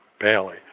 Bailey